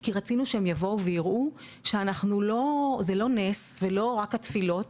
כי רצינו שהם יבואו ויראו שזה לא נס ולא רק התפילות,